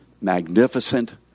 magnificent